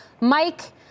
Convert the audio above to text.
Mike